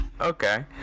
Okay